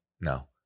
no